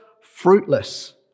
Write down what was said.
fruitless